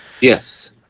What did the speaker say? yes